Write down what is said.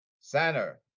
center